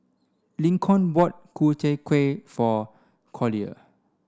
Lincoln bought Ku Chai Kuih for Collier